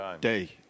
day